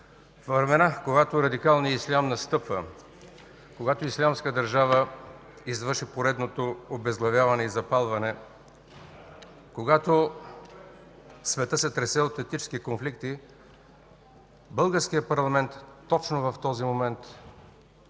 времена, когато радикалният ислям настъпва, когато „Ислямска държава” извърши поредното обезглавяване и запалване, когато светът се тресе от етнически конфликти, българският парламент точно в този момент